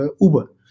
Uber